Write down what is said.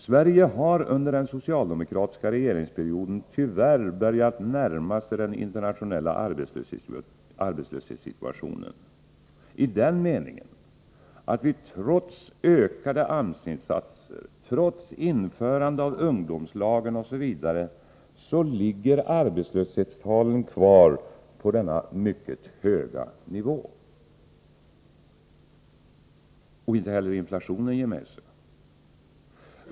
Sverige har under den socialdemokratiska rege ringsperioden tyvärr börjat närma sig den internationella arbetslöshetssituationen, i den meningen att arbetslöshetstalen ligger kvar på denna mycket höga nivå trots ökade AMS-insatser, trots införandet av ungdomslagen osv. Inte heller inflationen ger med sig.